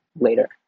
later